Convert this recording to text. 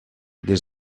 des